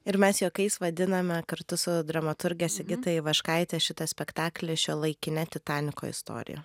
ir mes juokais vadiname kartu su dramaturge sigita ivaškaite šitą spektaklį šiuolaikine titaniko istoriją